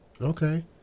okay